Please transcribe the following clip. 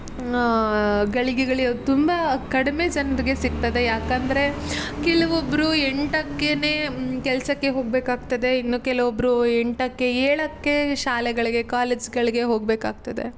ಗಳಿಗೆಗಳು ತುಂಬ ಕಡಿಮೆ ಜನರಿಗೆ ಸಿಗ್ತದೆ ಯಾಕೆಂದ್ರೆ ಕೆಲವೊಬ್ಬರು ಎಂಟಕ್ಕೇ ಕೆಲಸಕ್ಕೆ ಹೋಗಬೇಕಾಗ್ತದೆ ಇನ್ನು ಕೆಲವೊಬ್ಬರು ಎಂಟಕ್ಕೆ ಏಳಕ್ಕೆ ಶಾಲೆಗಳಿಗೆ ಕಾಲೇಜುಗಳಿಗೆ ಹೋಗಬೇಕಾಗತ್ತದೆ